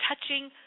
touching